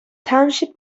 township